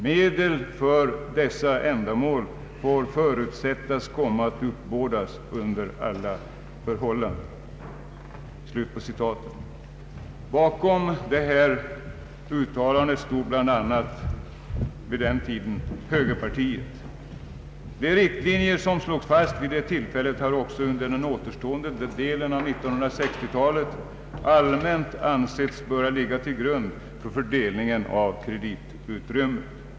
Medel för dessa ändamål får förutsättas komma att uppbådas under alla förhållanden.” Bakom detta uttalande stod bl.a. högerpartiet. De riktlinjer som slogs fast vid det tillfället har också under den återstående delen av 1960 talet allmänt ansetts böra ligga till grund för fördelningen av kreditutrymmet.